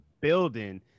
building